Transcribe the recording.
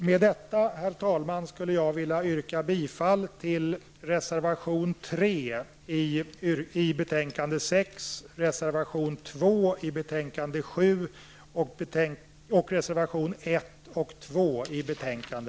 Med detta, herr talman, yrkar jag bifall till reservation 3 i betänkande 6, reservation 2 i betänkande 7 samt reservation 1 och 2 i betänkande